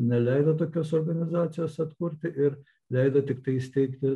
neleido tokios organizacijos atkurti ir leido tiktai įsteigti